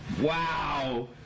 wow